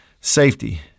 safety